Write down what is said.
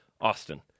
Austin